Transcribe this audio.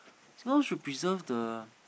Singapore should preserve the